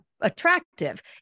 attractive